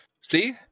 See